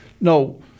no